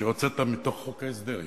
שהוצאת מתוך חוק ההסדרים